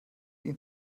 ihn